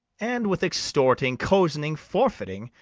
and with extorting, cozening, forfeiting,